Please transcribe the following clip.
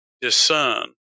discern